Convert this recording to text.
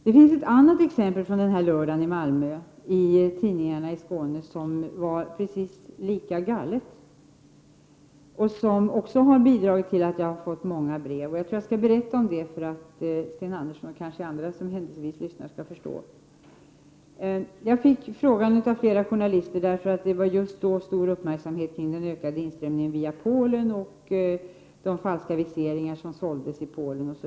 Det finns ett annat lika galet exempel från den här lördagen när det gäller tidningarna i Skåne. Även detta har bidragit till att jag har fått många brev. Jag tror att jag skall berätta om det, så att Sten Andersson och andra som händelsevis lyssnar skall förstå. Jag fick en fråga av flera journalister på grund av den vid tillfället mycket stora inströmningen av människor via Polen. Det gällde bl.a. falska viseringar som såldes i Polen.